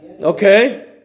Okay